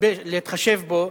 להתחשב בו,